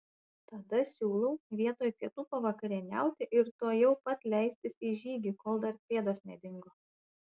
tada siūlau vietoj pietų pavakarieniauti ir tuojau pat leistis į žygį kol dar pėdos nedingo